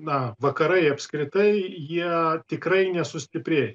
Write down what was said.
na vakarai apskritai jie tikrai nesustiprėja